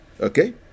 okay